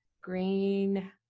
Green